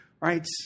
right